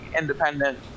independent